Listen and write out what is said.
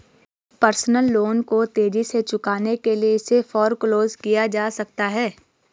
personal loan को तेजी से चुकाने के लिए इसे फोरक्लोज किया जा सकता है